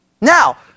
Now